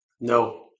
No